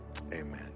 amen